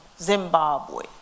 Zimbabwe